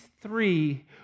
three